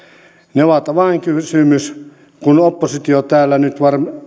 ne ovat avainkysymys kun oppositio täällä nyt